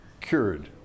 cured